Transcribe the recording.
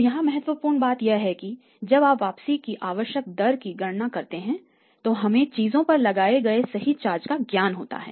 तो यहाँ महत्वपूर्ण बात यह है कि जब आप वापसी की आवश्यक दर की गणना करते हैं तो हमें चीजों पर लगाए गए सही चार्ज का ज्ञान होता है